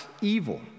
evil